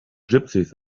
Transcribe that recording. gypsies